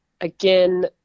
again